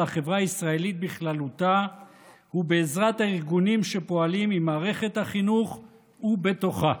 החברה הישראלית בכללותה הוא בעזרת הארגונים שפועלים במערכת החינוך ובתוכה.